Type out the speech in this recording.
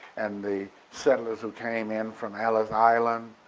and the settlers who came in from ellis island,